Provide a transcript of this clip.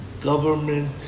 government